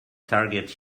target